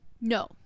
no